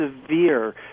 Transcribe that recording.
severe